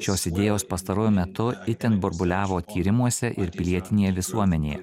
šios idėjos pastaruoju metu itin burbuliavo tyrimuose ir pilietinėje visuomenėje